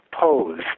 pose